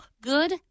good